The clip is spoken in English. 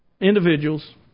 individuals